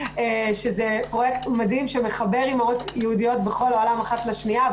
שזה פרויקט מדהים שמחבר אימהות יהודיות בכל העולם אחת לשנייה,